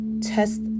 test